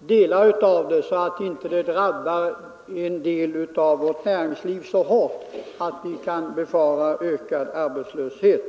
delar av det så att det inte drabbar en del av vårt näringsliv så hårt att vi kan befara ökad arbetslöshet.